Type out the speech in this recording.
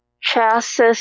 chassis